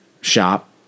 shop